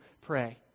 pray